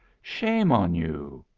shame on you!